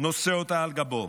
נושא אותה על גבו.